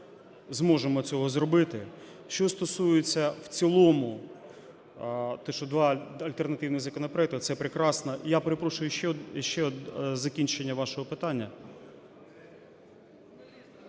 зможемо цього зробити. Що стосується в цілому, те, що два альтернативних законопроекти, це прекрасно. Я перепрошую, ще закінчення вашого питання.